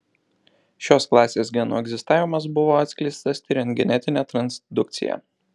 šios klasės genų egzistavimas buvo atskleistas tiriant genetinę transdukciją